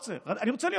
אני לא רוצה.